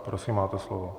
Prosím, máte slovo.